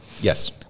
Yes